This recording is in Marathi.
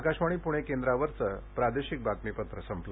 आकाशवाणी पूणे केंद्रावरचं प्रादेशिक बातमीपत्र संपलं